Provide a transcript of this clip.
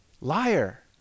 liar